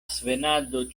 svenado